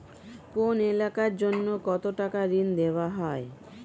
কোন এলাকার জন্য কত টাকা ঋণ দেয়া হয়?